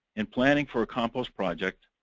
in planning for a compost project,